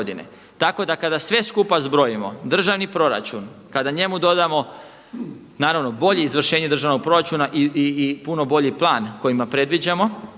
Tako da kada sve skupa zbrojimo državni proračun kada njemu dodamo naravno bolje izvršenje državnog proračuna i puno bolji plan kojima predviđamo